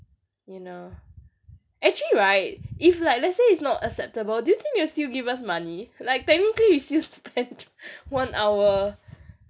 you know actually right if like let's say it's not acceptable do you think they will still give us money like technically you still spent one hour